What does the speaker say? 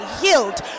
healed